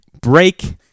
break